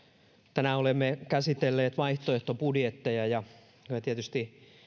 tänään olemme käsitelleet vaihtoehtobudjetteja ja tietysti